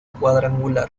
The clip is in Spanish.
cuadrangular